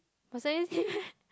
got say anything meh